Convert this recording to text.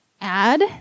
add